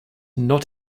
not